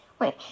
Wait